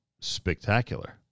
spectacular